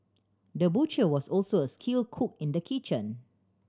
the butcher was also a skilled cook in the kitchen